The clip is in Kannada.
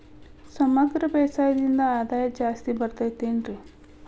ಸಮಗ್ರ ಬೇಸಾಯದಿಂದ ಆದಾಯ ಜಾಸ್ತಿ ಬರತೈತೇನ್ರಿ?